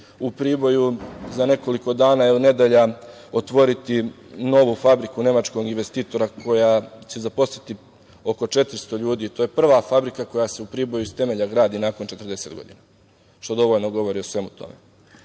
u Priboju za nekoliko dana ili nedelja otvoriti novu fabriku nemačkog investitora koja će zaposliti oko 400 ljudi. To je prva fabrika koja se u Priboju iz temelja gradi nakon 40 godina, što dovoljno govori o svemu tome. Samim